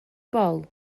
bol